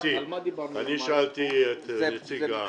שואל את נציג קבלני הפיגומים האם זה מקובל עליכם?